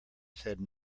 said